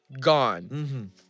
gone